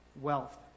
wealth